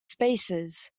spaces